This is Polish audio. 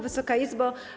Wysoka Izbo!